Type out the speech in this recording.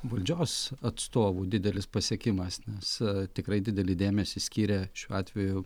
valdžios atstovų didelis pasiekimas nes tikrai didelį dėmesį skiria šiuo atveju